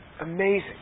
Amazing